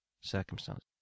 circumstance